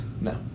No